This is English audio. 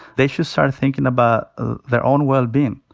they should start thinkin' about ah their own wellbeing.